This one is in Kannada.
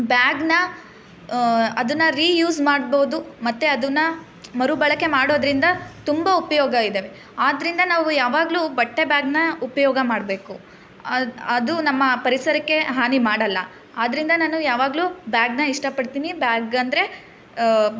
ಬ್ಯಾಗ್ನ ಅದನ್ನ ರೀಯೂಸ್ ಮಾಡ್ಬೋದು ಮತ್ತೆ ಅದನ್ನು ಮರುಬಳಕೆ ಮಾಡೋದ್ರಿಂದ ತುಂಬ ಉಪಯೋಗ ಇದ್ದಾವೆ ಆದ್ರಿಂದ ನಾವು ಯಾವಾಗ್ಲೂ ಬಟ್ಟೆ ಬ್ಯಾಗ್ನ ಉಪಯೋಗ ಮಾಡಬೇಕು ಅದು ಅದು ನಮ್ಮ ಪರಿಸರಕ್ಕೆ ಹಾನಿ ಮಾಡಲ್ಲ ಆದ್ರಿಂದ ನಾನು ಯಾವಾಗಲೂ ಬ್ಯಾಗ್ನ ಇಷ್ಟಪಡ್ತೀನಿ ಬ್ಯಾಗ್ ಅಂದರೆ